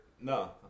No